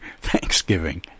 Thanksgiving